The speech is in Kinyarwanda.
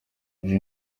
uyu